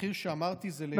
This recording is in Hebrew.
המחיר שאמרתי הוא לנבדק אחד.